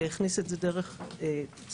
הוא הכניס את זה דרך סמכות,